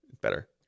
better